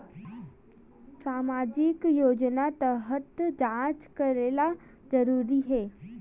सामजिक योजना तहत जांच करेला जरूरी हे